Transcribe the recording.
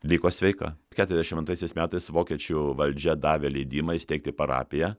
liko sveika keturiasdešim antraisiais metais vokiečių valdžia davė leidimą įsteigti parapiją